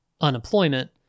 unemployment